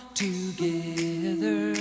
together